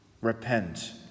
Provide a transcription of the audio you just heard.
Repent